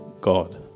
god